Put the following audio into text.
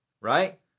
right